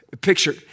picture